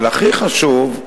אבל הכי חשוב,